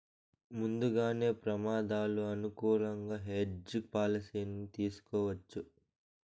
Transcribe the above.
ముందుగానే ప్రమాదాలు అనుకూలంగా హెడ్జ్ పాలసీని తీసుకోవచ్చు